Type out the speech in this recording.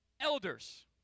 elders